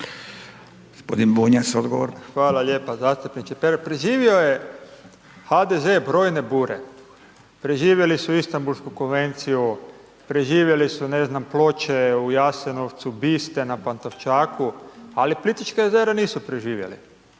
Hvala lijepa. Zastupniče Pernar, preživio je HDZ brojne bure, preživjeli su Istanbulsku konvenciju, preživjeli su ne znam, ploče u Jasenovcu, biste na Pantovčaku, ali Plitvička jezera nisu preživjeli,